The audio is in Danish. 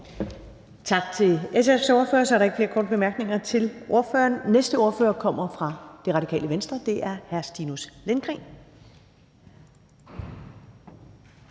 Tak til SF's ordfører. Så er der ikke flere korte bemærkninger til ordføreren. Næste ordfører kommer fra Radikale Venstre – det er hr. Stinus Lindgreen.